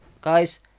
guys